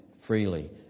freely